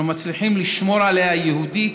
אנחנו מצליחים לשמור עליה יהודית,